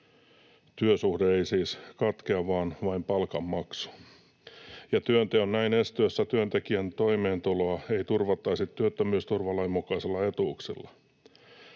(työsuhde ei siis katkea vaan vain palkanmaksu) ja työnteon näin estyessä työntekijän toimeentuloa ei turvattaisi työttömyysturvalain mukaisilla etuuksilla.